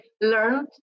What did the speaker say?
learned